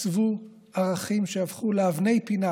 עיצבו ערכים שהפכו לאבני פינה